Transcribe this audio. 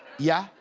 yeah,